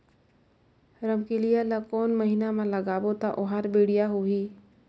रमकेलिया ला कोन महीना मा लगाबो ता ओहार बेडिया होही?